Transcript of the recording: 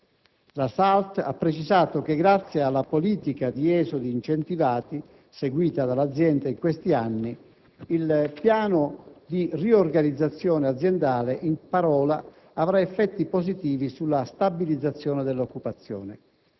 La SALT ha precisato che, grazie alla politica di esodi incentivati seguita dall'azienda in questi anni, il piano di riorganizzazione aziendale in parola avrà effetti positivi sulla stabilizzazione dell'occupazione.